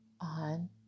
on